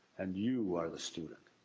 and you are the student.